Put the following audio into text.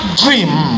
dream